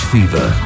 Fever